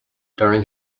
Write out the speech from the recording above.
during